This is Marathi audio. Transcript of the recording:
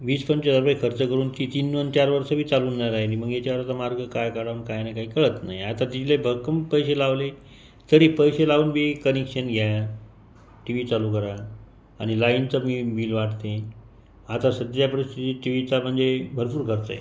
वीसपंचवीस हजार रुपये खर्च करून ती तीन आणि चार वर्षं बी चालून नाही राहिली मग याच्यावर आता मार्ग काय काढावा आणि काय नाही काही कळत नाहीये आता टीव्हीला भक्कम पैसे लावले तरी पैसे लावूनबी कनेक्शन घ्या टी व्ही चालू करा आणि लाईनचं बी बील वाढते आता सध्या परिस्थितीत टीव्हीचा म्हणजे भरपूर खर्च आहे